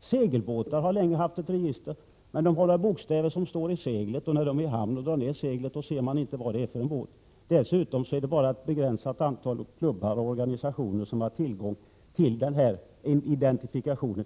För segelbåtar har det länge funnits ett register i form av bokstäver på seglet. Men när en segelbåt ligger i hamn och seglet tas ned, kan man ju inte se bokstäverna. Dessutom är det bara ett begränsat antal klubbar och organisationer som har tillgång till den här typen av identifikation.